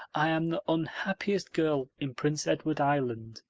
i am the unhappiest girl in prince edward island.